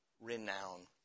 renown